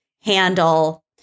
handle